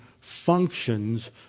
functions